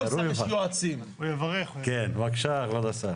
כן, בבקשה כבוד השר.